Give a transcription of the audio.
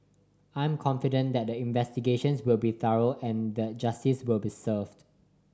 I am confident that the investigations will be thorough and that justice will be served